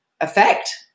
effect